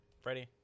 Freddie